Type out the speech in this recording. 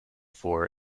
for